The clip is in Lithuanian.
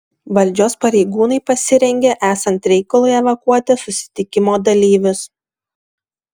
valdžios pareigūnai pasirengė esant reikalui evakuoti susitikimo dalyvius